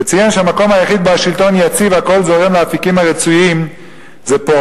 וציין שהמקום היחיד שבו השלטון יציב והכול זורם לאפיקים הרצויים זה פה,